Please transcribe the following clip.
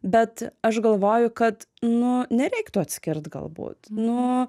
bet aš galvoju kad nu nereiktų atskirt galbūt nu